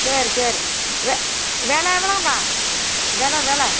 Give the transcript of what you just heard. சரி சரி வெ வில எவ்வளோவுங்க வில வில